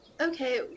okay